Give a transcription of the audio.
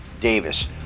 Davis